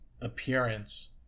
appearance